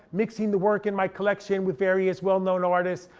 mixing the work in my collection with various well known artists,